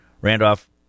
Randolph